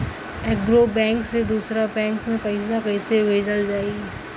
एगो बैक से दूसरा बैक मे पैसा कइसे भेजल जाई?